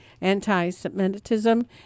anti-semitism